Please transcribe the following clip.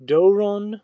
Doron